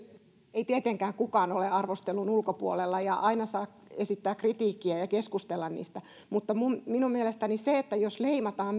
ei tietenkään kukaan ole arvostelun ulkopuolella ja aina saa esittää kritiikkiä ja keskustella mutta minun minun mielestäni se jos leimataan